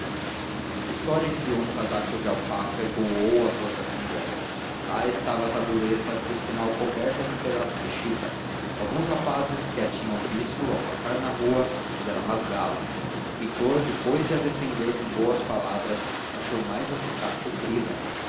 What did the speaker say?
custódio enfiou um casaco de alpaca e voou à rua da assembleia lá estava a tabuleta por sinal que coberta com um pedaço de chita alguns rapazes que a tinham visto ao passar na rua quiseram rasgá la o pintor depois de a defender com boas palavras achou mais eficaz cobri la